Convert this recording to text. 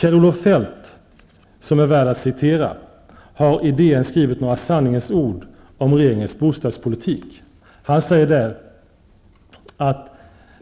Kjell-Olof Feldt har i DN skrivit några sanningens ord om regeringens bostadspolitik. Han säger att